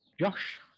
Josh